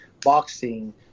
boxing